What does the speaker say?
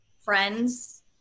friends